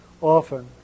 often